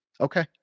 Okay